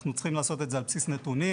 אנחנו צריכים לעשות את זה על בסיס נתונים,